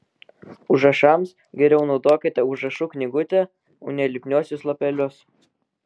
užrašams geriau naudokite užrašų knygutę o ne lipniuosius lapelius